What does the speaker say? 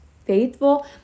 faithful